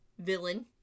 villain